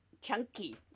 Chunky